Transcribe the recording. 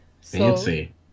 Fancy